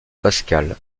pascal